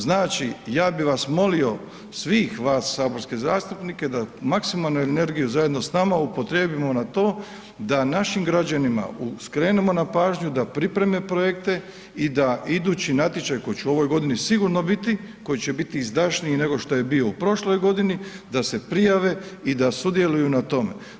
Znači ja bi vas molio svih vas saborskih zastupnika da maksimalnu energiju zajedno s nama upotrijebimo na to da našim građanima skrenemo na pažnju da pripreme projekte i da idući natječaj koji će u ovoj godini sigurno biti, koji će biti izdašniji nego što je bio u prošloj godini, da se prijave i da sudjeluju na tome.